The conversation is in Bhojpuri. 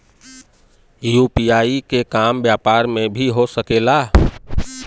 यू.पी.आई के काम व्यापार में भी हो सके ला?